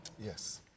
Yes